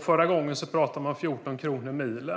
Förra gången talade man om 14 kronor per mil.